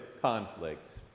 conflict